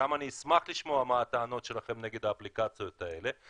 ושם אני אשמח לשמוע מה הטענות שלכם נגד האפליקציות האלה.